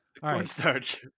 Cornstarch